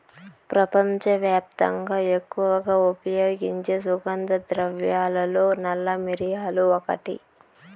ప్రపంచవ్యాప్తంగా ఎక్కువగా ఉపయోగించే సుగంధ ద్రవ్యాలలో నల్ల మిరియాలు ఒకటి